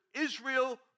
Israel